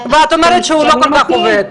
ואת אומרת שהוא לא כל כך עובד.